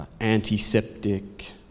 antiseptic